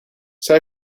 zij